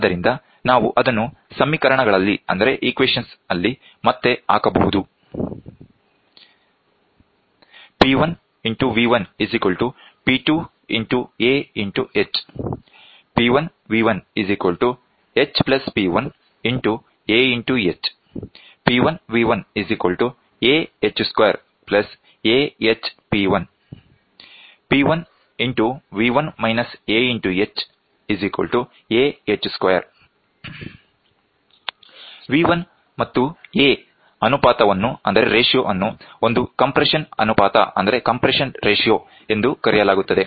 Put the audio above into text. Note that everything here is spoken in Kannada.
ಆದ್ದರಿಂದ ನಾವು ಅದನ್ನು ಸಮೀಕರಣಗಳಲ್ಲಿ ಮತ್ತೆ ಹಾಕಬಹುದು V1 ಮತ್ತು a ಅನುಪಾತವನ್ನು ಒಂದು ಕಂಪ್ರೆಶನ್ ಅನುಪಾತ ಎಂದು ಕರೆಯಲಾಗುತ್ತದೆ